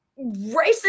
racist